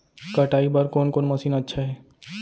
कटाई बर कोन कोन मशीन अच्छा हे?